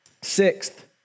Sixth